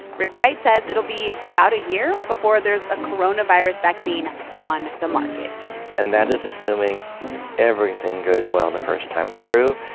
rick bright says it'll be about a year before there's a coronavirus vaccine on the market and that is assuming everything goes well the first time through,